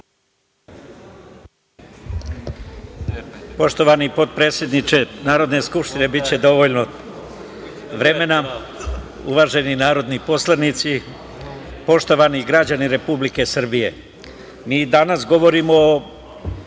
Poštovani potpredsedniče Narodne skupštine, biće dovoljno vremena. Uvaženi narodni poslanici, poštovani građani Republike Srbije, mi danas govorimo o